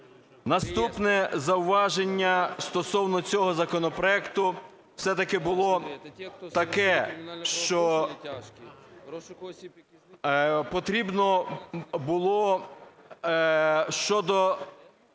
Наступне зауваження стосовно цього законопроекту все-таки було таке, що потрібно було щодо